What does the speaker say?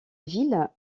ville